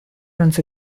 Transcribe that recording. runs